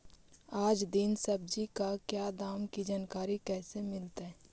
आज दीन सब्जी का क्या दाम की जानकारी कैसे मीलतय?